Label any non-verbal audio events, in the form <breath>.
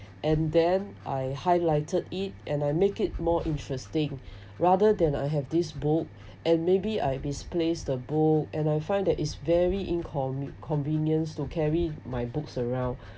and then I highlighted it and I make it more interesting <breath> rather than I have this book and maybe I misplaced the book and I find that it's very incon~ convenience to carry my books around